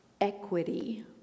equity